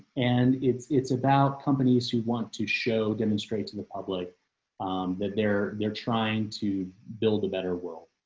and it's, it's about companies who want to show demonstrate to the public that they're they're trying to build a better world.